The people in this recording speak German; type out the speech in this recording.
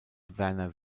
werner